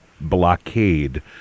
blockade